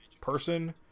person